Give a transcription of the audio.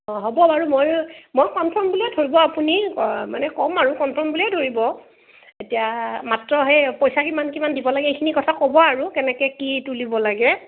হ'ব বাৰু ময়ো ময়ো কনফাৰ্ম বুলিয়ে ধৰিব আপুনি মানে কম আৰু কনফাৰ্ম বুলিয়ে ধৰিব এতিয়া মাত্ৰ সেই পইচা কিমান কিমান দিব লাগে এইখিনি কথা ক'ব আৰু কেনেকৈ কি তুলিব লাগে